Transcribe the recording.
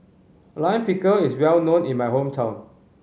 Lime Pickle is well known in my hometown